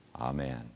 Amen